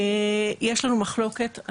יש לנו מחלוקת,